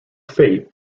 fate